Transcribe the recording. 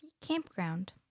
Campground